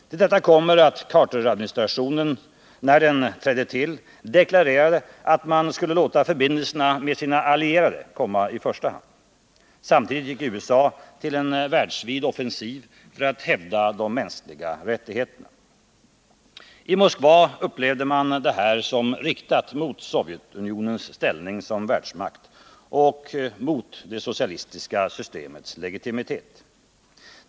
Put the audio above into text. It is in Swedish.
Till detta kommer att Carteradministrationen när den trädde till deklarerade att man skulle låta förbindelserna med sina allierade komma i första hand. Samtidigt gick USA till en världsvid offensiv för att hävda de mänskliga rättigheterna. I Moskva upplevde man detta som riktat mot Sovjetunionens ställning som världsmakt och mot det socialistiska systemets legitimitet.